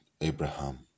Abraham